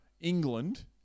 England